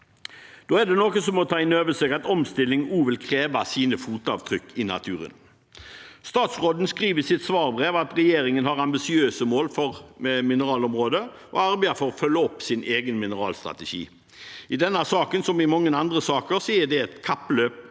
Da er det noen som må ta inn over seg at omstilling også vil kreve sine fotavtrykk i naturen. Statsråden skriver i sitt svarbrev at regjeringen har ambisiøse mål for mineralområdet og arbeider for å følge opp sin egen mineralstrategi. I denne saken, som i mange andre saker, er det et kappløp